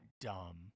dumb